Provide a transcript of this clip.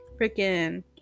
freaking